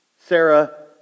Sarah